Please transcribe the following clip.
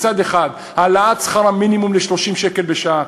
מצד אחד העלאת שכר המינימום ל-30 שקל לשעה,